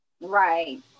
right